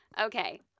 Okay